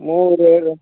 ମୁଁ ରେ